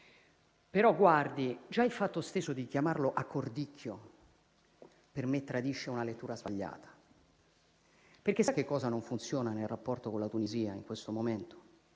Però, guardi, già il fatto stesso di chiamarlo accordicchio per me tradisce una lettura sbagliata. Infatti, sa che cosa non funziona nel rapporto con la Tunisia in questo momento?